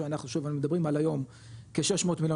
שאנחנו שוב מדברים על היום כ-600 מיליון